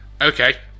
Okay